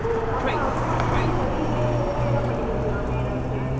ஓ அப்போ அது மாதிரினா நீங்கள் வீட்டிலே ஹோம்மேடாக பண்ணிக் கொடுக்கலாமே ஏதாச்சு